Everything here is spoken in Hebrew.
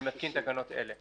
אני מתקין תקנות אלה:"